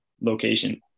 location